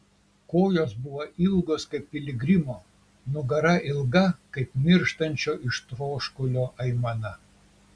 kojos buvo ilgos kaip piligrimo nugara ilga kaip mirštančio iš troškulio aimana